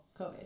COVID